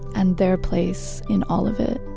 and their place in all of it